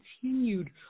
continued